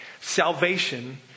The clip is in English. Salvation